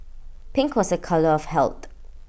pink was A colour of health